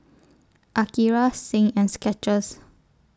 Akira Zinc and Skechers